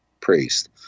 priest